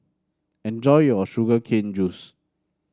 enjoy your Sugar Cane Juice